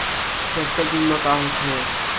फसल बीमा का होथे?